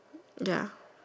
ya